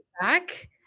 back